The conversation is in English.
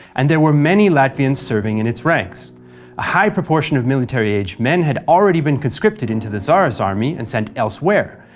and there were many latvians serving in its ranks. a high proportion of military-aged men had already been conscripted into the czar's army and sent elsewhere,